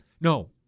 No